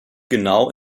genau